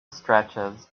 stretches